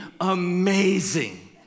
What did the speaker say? amazing